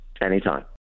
Anytime